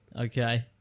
Okay